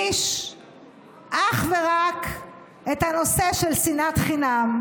אך ורק את הנושא של שנאת חינם,